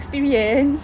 experience